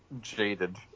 jaded